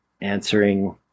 answering